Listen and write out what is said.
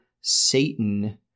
Satan